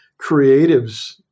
creatives